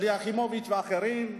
שלי יחימוביץ ואחרים,